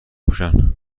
پوشن